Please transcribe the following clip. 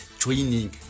training